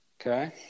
Okay